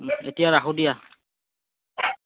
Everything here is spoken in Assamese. এতিয়া ৰাখোঁ দিয়া